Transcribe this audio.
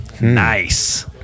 Nice